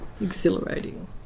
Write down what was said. Exhilarating